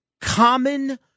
common